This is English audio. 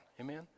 Amen